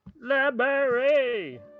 library